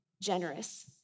generous